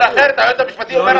היועץ המשפטי אומר אחרת.